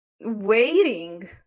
waiting